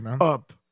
up